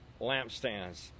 lampstands